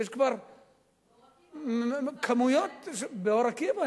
יש כבר כמויות באור-עקיבא,